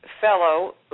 fellow